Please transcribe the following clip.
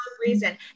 reason